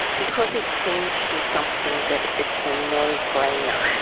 because it's seen to be something that it's a no brainer,